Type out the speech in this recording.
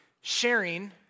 sharing